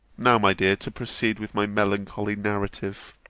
now, my dear, to proceed with my melancholy narrative.